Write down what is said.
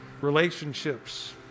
relationships